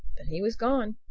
but he was gone.